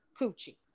coochie